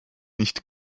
nicht